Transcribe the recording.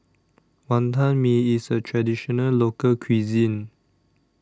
Wonton Mee IS A Traditional Local Cuisine